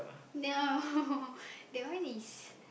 no that one is